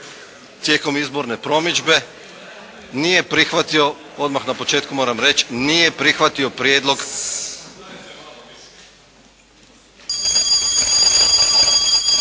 tijekom izborne promidžbe. Nije prihvatio, odmah na početku moram reći, nije prihvatio prijedlog.